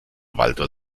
walter